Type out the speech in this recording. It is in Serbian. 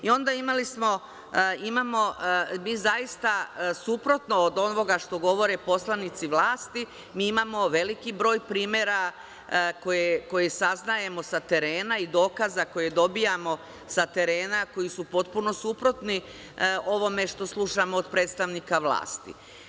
Imamo zaista suprotno od onoga što govore poslanici vlasti, imamo veliki broj primera koje saznajemo sa terena i dokaza koje dobijamo sa terena, koji su potpuno suprotni ovome što slušamo od predstavnika vlasti.